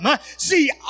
See